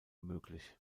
möglich